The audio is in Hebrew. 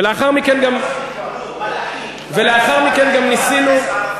אתם לא עשיתם כלום, מלאכים, רק יאסר ערפאת.